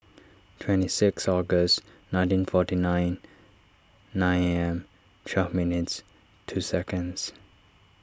twenty six August nineteen forty nine nine A M twelve minutes two seconds